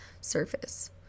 surface